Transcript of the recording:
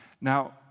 Now